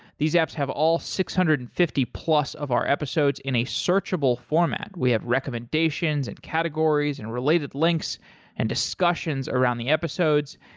these apps have all six hundred and fifty plus of our episodes in a searchable format. we have recommendations and categories and related links and discussions around the episodes.